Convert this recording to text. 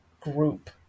group